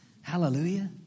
Hallelujah